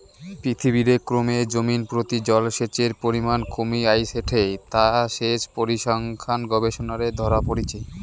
পৃথিবীরে ক্রমে জমিনপ্রতি জলসেচের পরিমান কমি আইসেঠে তা সেচ পরিসংখ্যান গবেষণারে ধরা পড়িচে